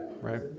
Right